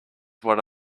what